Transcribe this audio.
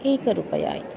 एकरूपया इति